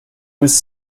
was